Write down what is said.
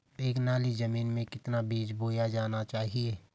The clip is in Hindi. एक नाली जमीन में कितना बीज बोया जाना चाहिए?